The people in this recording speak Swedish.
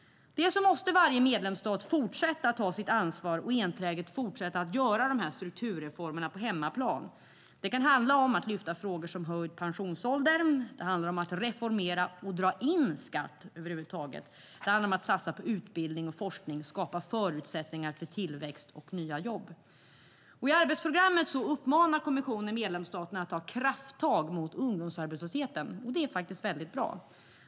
Varje medlemsstat måste fortsätta att ta sitt ansvar och enträget fortsätta att göra strukturreformer på hemmaplan. Det kan handla om att lyfta frågor som höjd pensionsålder. Det handlar om att reformera skattesystem och att dra in skatt över huvud taget. Det handlar om att satsa på utbildning och forskning och att skapa förutsättningar för tillväxt och nya jobb. I arbetsprogrammet uppmanar kommissionen medlemsstaterna att ta krafttag mot ungdomsarbetslösheten. Det är bra.